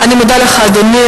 אני מודה לך, אדוני.